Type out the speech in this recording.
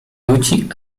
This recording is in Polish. ludzi